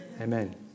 Amen